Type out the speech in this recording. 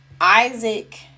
isaac